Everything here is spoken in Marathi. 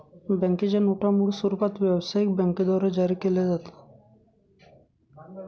बँकेच्या नोटा मूळ स्वरूपात व्यवसायिक बँकांद्वारे जारी केल्या गेल्या होत्या